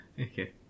Okay